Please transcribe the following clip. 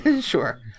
Sure